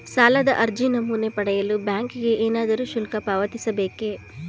ಸಾಲದ ಅರ್ಜಿ ನಮೂನೆ ಪಡೆಯಲು ಬ್ಯಾಂಕಿಗೆ ಏನಾದರೂ ಶುಲ್ಕ ಪಾವತಿಸಬೇಕೇ?